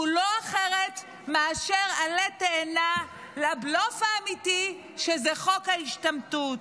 שהוא לא אחר מאשר עלה תאנה לבלוף האמיתי שזה חוק ההשתמטות.